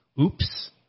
oops